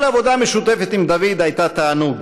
כל עבודה משותפת עם דוד הייתה תענוג,